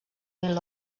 mil